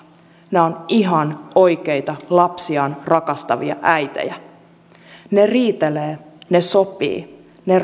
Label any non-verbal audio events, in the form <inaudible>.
nämä ovat ihan oikeita lapsiaan rakastavia äitejä he riitelevät he sopivat he <unintelligible>